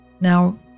Now